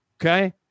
okay